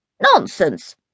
Nonsense